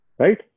right